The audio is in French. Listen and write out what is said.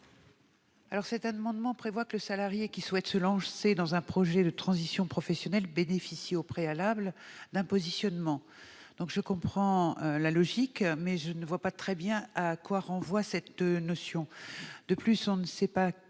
de cet amendement prévoient que le salarié qui souhaite se lancer dans un projet de transition professionnelle bénéficie au préalable d'un positionnement. Je comprends la logique, mais je ne vois pas très bien à quoi renvoie cette notion. De plus, on ne sait pas